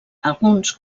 alguns